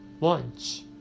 lunch